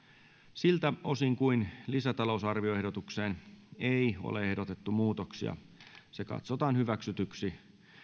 siltä osin kuin lisätalousarvioehdotukseen ei ole ehdotettu muutoksia se katsotaan hyväksytyksi